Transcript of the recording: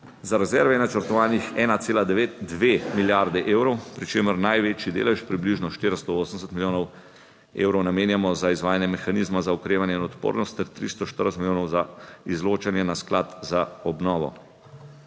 Za rezerve je načrtovanih 1,2 milijardi evrov, pri čemer največji delež, približno 480 milijonov evrov, namenjamo za izvajanje mehanizma za okrevanje in odpornost ter 340 milijonov za izločanje na sklad za obnovo.